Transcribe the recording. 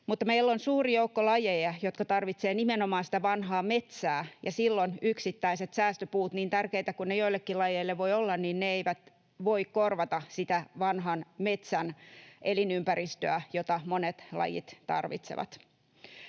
meillä on suuri joukko lajeja, jotka tarvitsevat nimenomaan sitä vanhaa metsää, ja silloin yksittäiset säästöpuut, niin tärkeitä kuin ne joillekin lajeille voivat olla, eivät voi korvata sitä vanhan metsän elinympäristöä, jota monet lajit tarvitsevat.